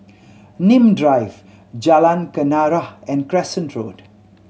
Nim Drive Jalan Kenarah and Crescent Road